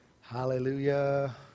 Hallelujah